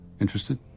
Interested